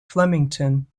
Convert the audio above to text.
flemington